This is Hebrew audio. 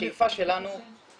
השאיפה שלנו היא